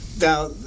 Now